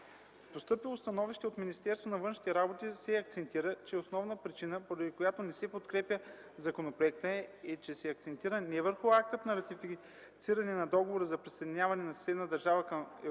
постъпилото становище от Министерството на външните работи се акцентира, че основната причина, поради която не се подкрепя законопроектът, е, че се акцентира не върху акта на ратифициране на договора за присъединяване на съседна